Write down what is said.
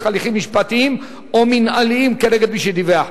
הליכים משפטיים או מינהליים כנגד מי שדיווח.